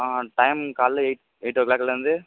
ஆ time காலைல eight eight ஓ கிளாக்லேருந்து